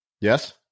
yes